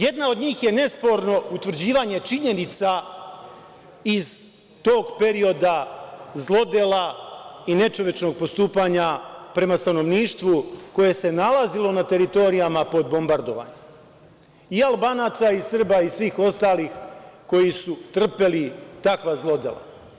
Jedna od njih je nesporno utvrđivanje činjenica iz tog perioda zlodela i nečovečnog postupanja prema stanovništvu koje se nalazilo na teritorijama pod bombardovanjem i Albanaca, i Srba, i svih ostalih koji su trpeli takva zlodela.